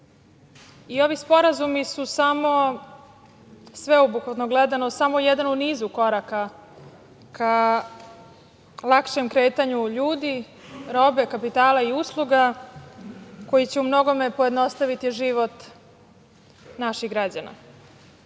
sporazumi su samo, sveobuhvatno gledano, jedan u nizu koraka ka lakšem kretanju ljudi, robe, kapitala i usluga koji će umnogome pojednostaviti život naših građana.